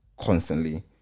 constantly